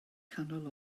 canol